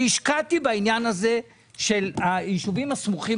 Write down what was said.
אני השקעתי בעניין הזה של היישובים הסמוכים